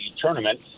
tournament